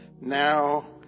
now